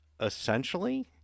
essentially